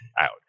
out